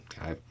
okay